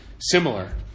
similar